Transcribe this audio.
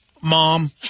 mom